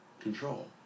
Control